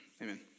Amen